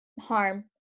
harm